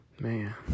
Man